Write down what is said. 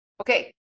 Okay